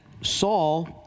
Saul